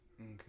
Okay